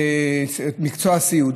מקצוע הסיעוד.